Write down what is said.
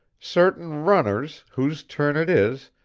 certain runners, whose turn it is,